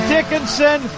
Dickinson